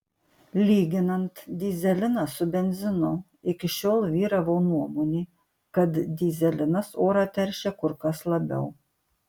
lyginant dyzeliną su benzinu iki šiol vyravo nuomonė kad dyzelinas orą teršia kur kas labiau